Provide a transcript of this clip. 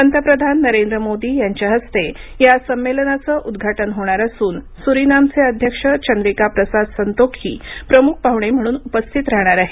पंतप्रधान नरेंद्र मोदी यांच्या हस्ते या संमेलनाचं उद्घाटन होणार असून सुरिनामचेअध्यक्ष चंद्रिकाप्रसाद संतोखी प्रम्ख पाहूणे म्हणून उपस्थित राहणार आहेत